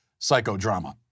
psychodrama